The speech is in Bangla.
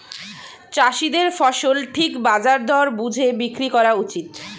চাষীদের ফসল ঠিক বাজার দর বুঝে বিক্রি করা উচিত